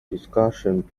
discussion